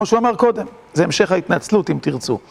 כמו שהוא אמר קודם, זה המשך ההתנצלות, אם תרצו.